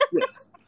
Yes